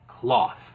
Cloth